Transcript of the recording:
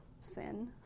sin